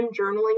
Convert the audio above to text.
journaling